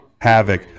Havoc